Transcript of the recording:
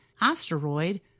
asteroid